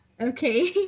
Okay